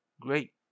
great